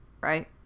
right